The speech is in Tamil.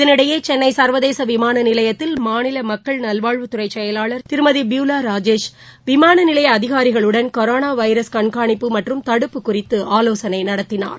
இதனிடையே சென்னை சா்வதேச விமான நிலையத்தில் மாநில மக்கள் நல்வாழ்வுத்துறை செயலாளா் திருமதி புயூவா ராஜேஷ் விமான நிலைய அதிகாரிகளுடன் கொரோனா வைரஸ் கண்காளிப்பு மற்றும் தடுப்பு குறித்து ஆலோசனை நடத்தினார்